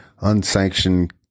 unsanctioned